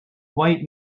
white